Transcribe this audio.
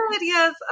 yes